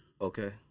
Okay